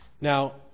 Now